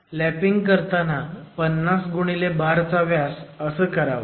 lapwing करताना 50 गुणिले bar चा व्यास असं करावं